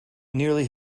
nearly